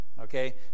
okay